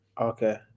Okay